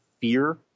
fear